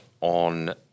on